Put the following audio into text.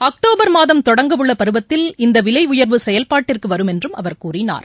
October மாதம் தொடங்கவுள்ளபருவத்தில் இந்தவிலைஉயர்வு செயல்பாட்டிற்குவரும் என்றும் அவர் கூறினார்